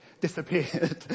disappeared